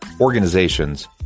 organizations